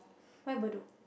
why Bedok